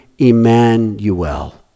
Emmanuel